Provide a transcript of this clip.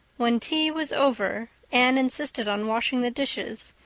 when tea was over anne insisted on washing the dishes,